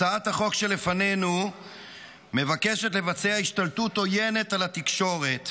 הצעת החוק שלפנינו מבקשת לבצע השתלטות עוינת על התקשורת,